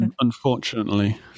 unfortunately